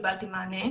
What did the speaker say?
קיבלתי מענה.